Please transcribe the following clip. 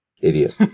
idiot